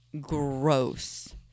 gross